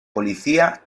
policía